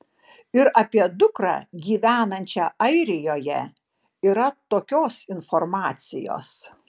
ir apie dukrą gyvenančią airijoje yra tokios informacijos